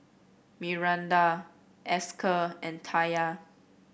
Myranda Esker and Taya